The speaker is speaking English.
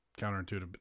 counterintuitive